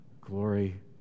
Glory